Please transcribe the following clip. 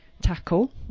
tackle